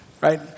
right